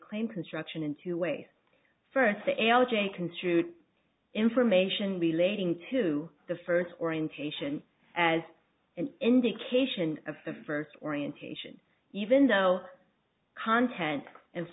claim construction in two ways first the algae construed information relating to the first orientation as an indication of the first orientation even though content and